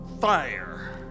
Fire